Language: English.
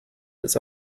his